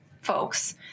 folks